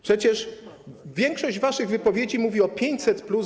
Przecież większość waszych wypowiedzi mówi o 500+.